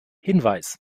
hinweis